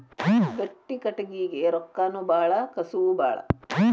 ಗಟ್ಟಿ ಕಟಗಿಗೆ ರೊಕ್ಕಾನು ಬಾಳ ಕಸುವು ಬಾಳ